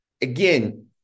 Again